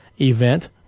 event